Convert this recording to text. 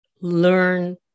learn